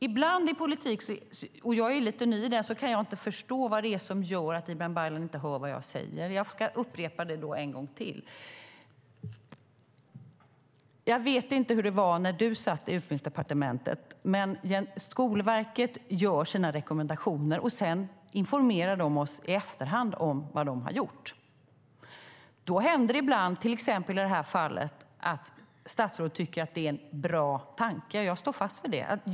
Eftersom jag är lite ny i politiken kan jag inte förstå vad det är som gör att Ibrahim Baylan inte hör vad jag säger. Jag ska upprepa det en gång till. Jag vet inte hur det var när du satt i Utbildningsdepartementet. Men Skolverket gör sina rekommendationer, och sedan informerar de oss i efterhand om vad de har gjort. Då händer det ibland, till exempel i det här fallet, att statsrådet tycker att det är en bra tanke. Jag står fast vid detta.